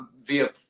via